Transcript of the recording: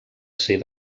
ser